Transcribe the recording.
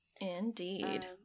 Indeed